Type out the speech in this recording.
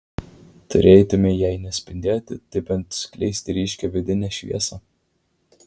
turėtumei jei ne spindėti tai bent skleisti ryškią vidinę šviesą